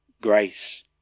grace